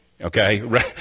okay